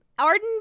Arden